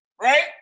right